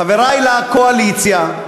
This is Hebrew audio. חברי לקואליציה,